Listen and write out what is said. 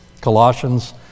Colossians